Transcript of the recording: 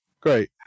great